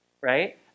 Right